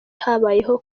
habayeho